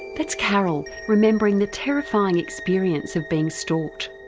that's carol, remembering the terrifying experience of being stalked.